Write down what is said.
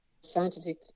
scientific